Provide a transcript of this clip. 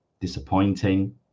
disappointing